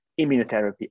immunotherapy